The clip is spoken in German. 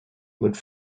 mit